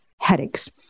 headaches